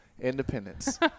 Independence